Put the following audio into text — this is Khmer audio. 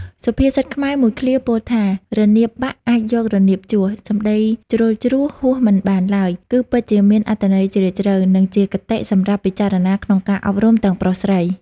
សុភាសិតខ្មែរមួយឃ្លាពោលថា រនាបបាក់អាចយករនាបជួស សំដីជ្រុលជ្រួសជួសមិនបានឡើយ គឺពិតជាមានអត្ថន័យជ្រាលជ្រៅ និងជាគតិសម្រាប់ពិចារណាក្នុងការអប់រំទាំងប្រុសស្រី ។